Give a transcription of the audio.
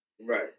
Right